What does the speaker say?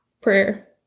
Prayer